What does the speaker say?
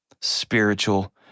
spiritual